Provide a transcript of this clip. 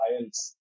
files